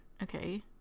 Okay